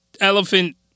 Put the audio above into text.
elephant